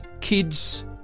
Kids